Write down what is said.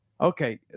Okay